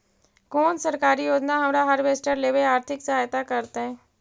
कोन सरकारी योजना हमरा हार्वेस्टर लेवे आर्थिक सहायता करतै?